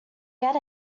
get